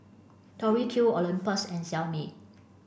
Tori Q Olympus and Xiaomi